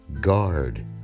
guard